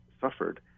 suffered